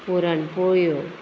पुरणपोळ्यो